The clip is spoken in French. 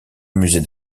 musée